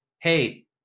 hey